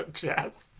ah chess